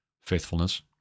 faithfulness